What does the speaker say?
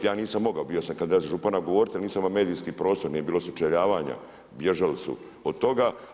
Ja nisam mogao, bio sam kandidat za župana govoriti jer nisam imao medijski prostor, nije bilo sučeljavanja, bježali su od toga.